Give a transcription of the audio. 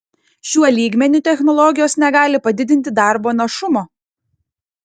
šiuo lygmeniu technologijos negali padidinti darbo našumo